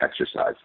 exercise